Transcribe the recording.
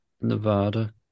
Nevada